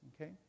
Okay